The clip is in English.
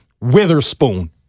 Witherspoon